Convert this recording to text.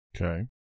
Okay